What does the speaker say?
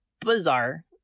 bizarre